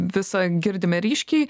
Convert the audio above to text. visą girdime ryškiai